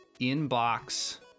inbox